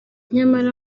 nyamara